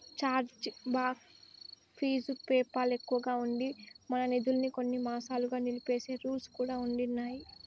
charge back fees PayPal ఎక్కువగా ఉండి, మన నిదుల్మి కొన్ని మాసాలుగా నిలిపేసే రూల్స్ కూడా ఉండిన్నాయి